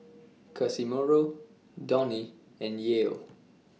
Casimiro Donny and Yael